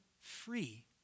free